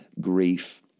grief